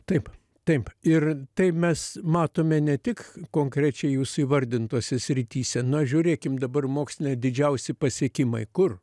taip taip ir tai mes matome ne tik konkrečiai jūsų įvardintose srityse na žiūrėkim dabar moksle didžiausi pasiekimai kur